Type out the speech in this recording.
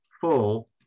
full